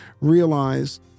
realize